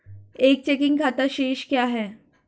एक चेकिंग खाता शेष क्या है?